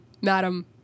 madam